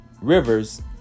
rivers